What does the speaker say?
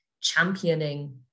championing